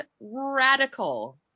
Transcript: radical